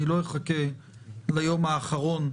אני לא אחכה ליום האחרון,